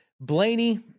Blaney